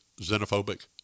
xenophobic